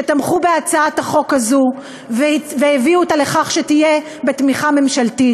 שתמכו בהצעת החוק הזאת והביאו אותה לכך שתהיה בתמיכת הממשלה.